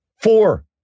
four